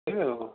କହିବେ ଆଉ